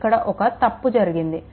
ఇక్కడ ఒక్క తప్పు జరిగింది